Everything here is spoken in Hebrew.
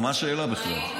מה השאלה בכלל?